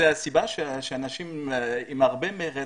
זו הסיבה שאנשים עם הרבה מרץ,